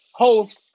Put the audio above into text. Host